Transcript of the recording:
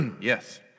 Yes